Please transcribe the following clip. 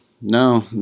No